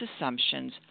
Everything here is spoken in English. assumptions